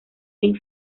fin